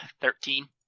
thirteen